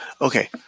Okay